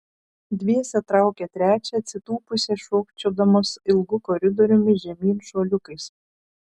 dviese traukė trečią atsitūpusią šokčiodamos ilgu koridoriumi žemyn šuoliukais